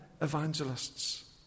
evangelists